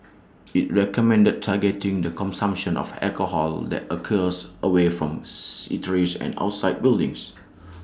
IT recommended targeting the consumption of alcohol that occurs away from and outside buildings